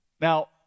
Now